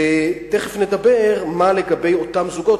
ותיכף נדבר מה לגבי אותם זוגות,